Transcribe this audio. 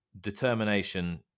determination